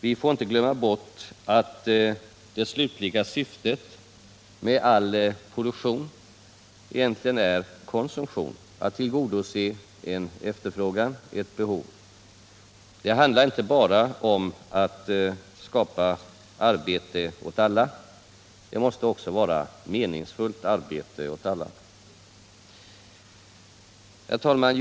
Vi får inte glömma bort att det slutliga syftet med all produktion egentligen är konsumtion, att tillgodose en efterfrågan, ett behov. Det handlar inte bara om att skapa ”arbete åt alla”. Det måste också vara ”meningsfullt arbete åt alla”. Herr talman!